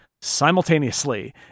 simultaneously